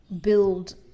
build